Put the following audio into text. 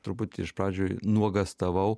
truputį iš pradžių nuogąstavau